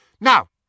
Now